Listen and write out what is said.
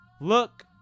Look